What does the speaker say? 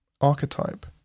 archetype